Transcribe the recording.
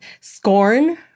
scorn